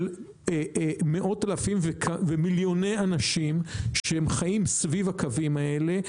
מאות אלפים ומיליוני אנשים שחיים סביב הקווים האלה,